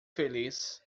feliz